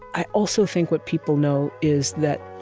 i also think, what people know is that,